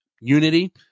unity